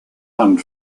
and